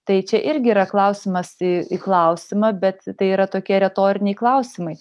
tai čia irgi yra klausimas į į klausimą bet tai yra tokie retoriniai klausimai